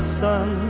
sun